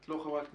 את לא חברת כנסת,